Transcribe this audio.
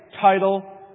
title